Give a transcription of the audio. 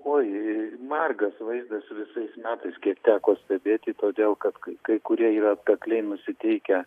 oi margas vaizdas visais metais kiek teko stebėti todėl kad kai kai kurie yra atkakliai nusiteikę